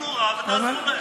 תיתנו הוראה ותעזרו להם.